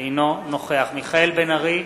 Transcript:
אינו נוכח מיכאל בן-ארי,